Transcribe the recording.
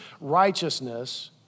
righteousness